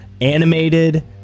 animated